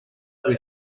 drwy